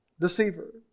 deceiver